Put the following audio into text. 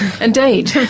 Indeed